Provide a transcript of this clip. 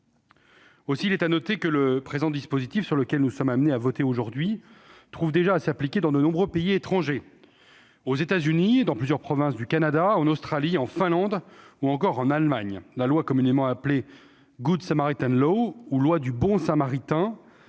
Il est à noter que le dispositif dont nous sommes amenés à discuter aujourd'hui trouve déjà à s'appliquer dans de nombreux pays étrangers : aux États-Unis, dans plusieurs provinces du Canada, en Australie, en Finlande ou encore en Allemagne. La loi communément appelée «», ou « loi du bon Samaritain »,